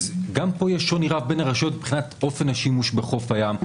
אז גם פה יש שוני רב בין הרשויות מבחינת אופן השימוש בחוף הים,